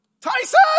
Tyson